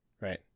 right